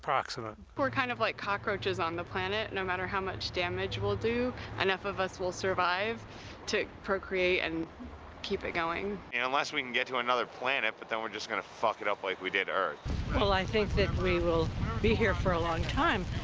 approximate. we're kind of like cockroaches on the planet, no matter how much damage we'll do, enough of us will survive to procreate and keep it going. and unless we can get to another planet, but then we're just gonna fuck it up like we did earth. well, i think that we will be here for a long time,